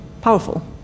powerful